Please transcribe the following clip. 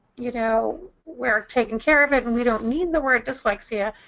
you know, we're taking care of it and we don't need the word dyslexia,